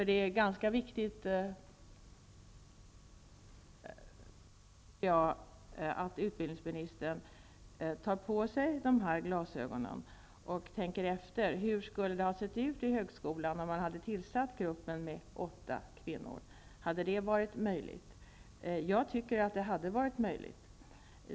Det är viktigt att utbildningsministern tar på sig dessa glasögon och tänker efter hur det hade sett ut i högskolan om det hade tillsatts åtta kvinnor i gruppen. Jag tycker att det hade varit möjligt.